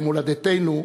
למולדתנו,